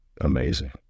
Amazing